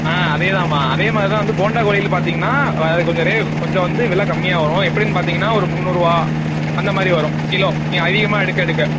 ஆ அதே தான்ம்மா அதே மாதிரி தான் வந்து போண்டாக்கோழில பார்த்தீங்கன்னா அது கொஞ்சம் ரே கொஞ்சம் வந்து விலை கம்மியாக வரும் எப்படின்னு பார்த்தீங்கன்னா ஒரு முந்நூறுரூவா அந்த மாதிரி வரும் கிலோ நீங்கள் அதிகமாக எடுக்க எடுக்க